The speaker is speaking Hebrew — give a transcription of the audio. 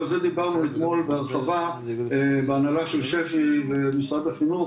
ועל זה דיברנו אתמול בהרחבה בהנהלה של שפי ומשרד החינוך,